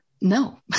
No